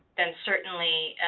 then certainly